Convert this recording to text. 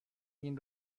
این